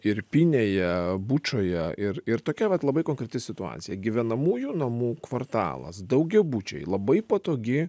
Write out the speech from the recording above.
irpinėje bučoje ir ir tokia vat labai konkreti situacija gyvenamųjų namų kvartalas daugiabučiai labai patogi